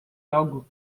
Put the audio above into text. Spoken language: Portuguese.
algo